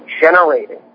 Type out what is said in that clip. generating